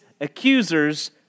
accusers